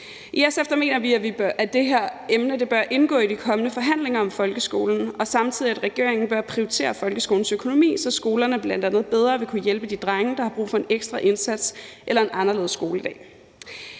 I SF mener vi, at det her emne bør indgå i de kommende forhandlinger om folkeskolen, og samtidig, at regeringen bør prioritere folkeskolens økonomi, så skolerne bl.a. bedre vil kunne hjælpe de drenge, der har brug for en ekstra indsats eller en anderledes skoledag.